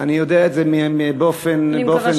אני יודע את זה באופן ברור.